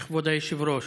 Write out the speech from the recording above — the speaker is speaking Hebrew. כבוד היושב-ראש.